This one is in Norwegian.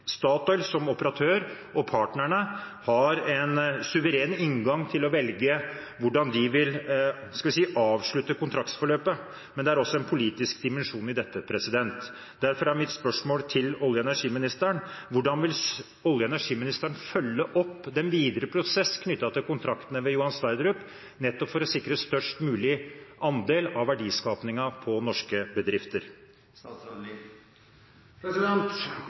Statoil som operatør og partnerne har en suveren inngang til å velge hvordan de vil – skal vi si – avslutte kontraktsforløpet, men det er også en politisk dimensjon i dette. Derfor er mitt spørsmål til olje- og energiministeren: Hvordan vil olje- og energiministeren følge opp den videre prosess knyttet til kontraktene ved Johan Sverdrup, nettopp for å sikre størst mulig andel av verdiskapingen i norske bedrifter?